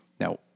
Now